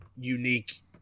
unique